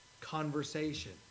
conversation